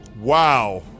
Wow